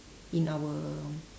in our